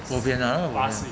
bo bian 那样无言